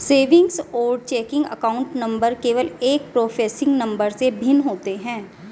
savings और checking account number केवल एक प्रीफेसिंग नंबर से भिन्न होते हैं